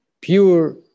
pure